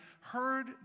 heard